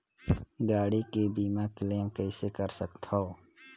गाड़ी के बीमा क्लेम कइसे कर सकथव?